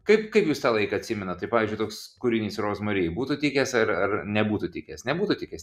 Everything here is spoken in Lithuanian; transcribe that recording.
kaip kaip jūs tą laiką atsimenat tai pavyzdžiui toks kūrinys rozmari būtų tikęs ar ar nebūtų tikęs nebūtų tikęs